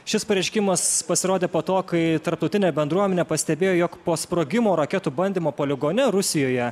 šis pareiškimas pasirodė po to kai tarptautinė bendruomenė pastebėjo jog po sprogimo raketų bandymo poligone rusijoje